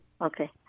Okay